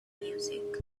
music